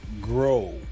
grow